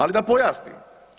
Ali da pojasnim.